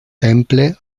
temple